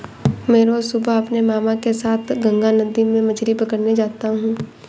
मैं रोज सुबह अपने मामा के साथ गंगा नदी में मछली पकड़ने जाता हूं